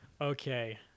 Okay